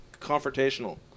confrontational